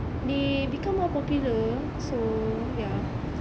they become more popular so ya